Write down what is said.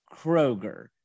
Kroger